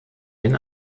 den